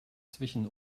zwischen